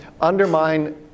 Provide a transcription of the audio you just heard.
undermine